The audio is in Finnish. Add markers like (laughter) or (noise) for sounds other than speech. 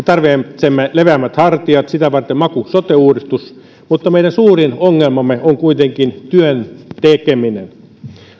(unintelligible) tarvitsemme leveämmät hartiat sitä varten maku sote uudistus mutta meidän suurin ongelmamme on kuitenkin työn tekeminen